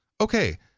Okay